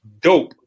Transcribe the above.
Dope